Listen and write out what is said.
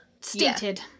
stated